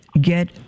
get